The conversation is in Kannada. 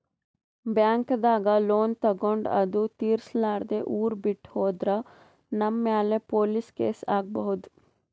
ಬ್ಯಾಂಕ್ದಾಗ್ ಲೋನ್ ತಗೊಂಡ್ ಅದು ತಿರ್ಸಲಾರ್ದೆ ಊರ್ ಬಿಟ್ಟ್ ಹೋದ್ರ ನಮ್ ಮ್ಯಾಲ್ ಪೊಲೀಸ್ ಕೇಸ್ ಆಗ್ಬಹುದ್